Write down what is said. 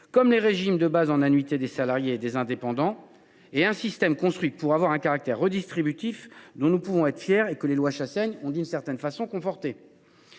pour les régimes de base par annuités des salariés et des indépendants, et un système construit pour être redistributif, dont nous pouvons être fiers et que les lois Chassaigne ont, d’une certaine façon, conforté